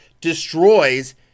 destroys